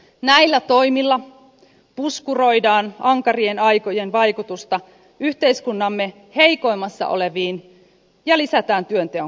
näillä toimilla puskuroidaan ankarien aikojen vaikutusta yhteiskuntamme heikoimmassa asemassa oleviin ja lisätään työnteon kannustavuutta